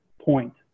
point